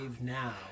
now